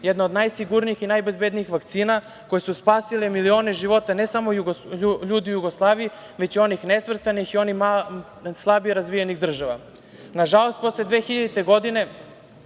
jednu od najsigurnijih i najbezbednijih vakcina, koje su spasile milione života, ne samo ljudi u Jugoslaviji, već i onih nesvrstanih i onih slabije razvijenih država. Nažalost, posle 2000. godine